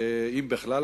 אם בכלל,